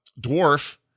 dwarf